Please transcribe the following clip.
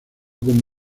con